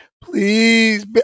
Please